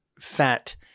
fat